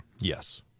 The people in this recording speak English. Yes